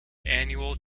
annual